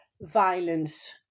violence